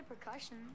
percussion